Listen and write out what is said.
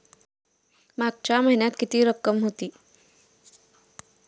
मागच्या महिन्यात किती रक्कम होती?